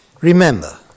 Remember